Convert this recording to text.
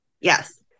Yes